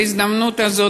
בהזדמנות הזאת,